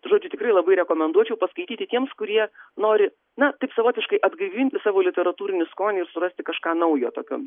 žodžiu tikrai labai rekomenduočiau paskaityti tiems kurie nori na taip savotiškai atgaivinti savo literatūrinį skonį ir surasti kažką naujo tokio